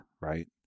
right